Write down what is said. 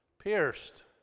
pierced